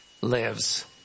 lives